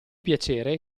piacere